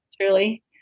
Truly